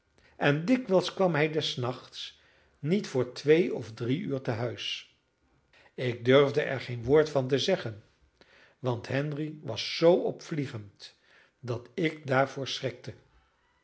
en dikwijls kwam hij des nachts niet vr twee of drie uur tehuis ik durfde er geen woord van zeggen want henry was zoo opvliegend dat ik daarvoor schrikte